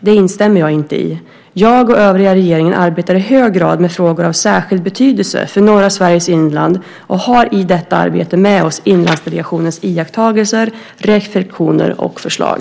Det instämmer jag inte i. Jag och övriga regeringen arbetar i hög grad med frågor av särskild betydelse för norra Sveriges inland och har i detta arbete med oss Inlandsdelegationens iakttagelser, reflexioner och förslag.